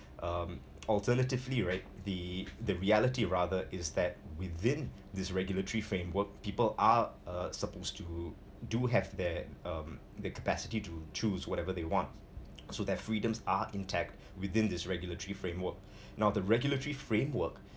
um alternatively right the the reality rather is that within this regulatory framework people are uh supposed to do have that um the capacity to choose whatever they want so their freedoms are intact within this regulatory framework now the regulatory framework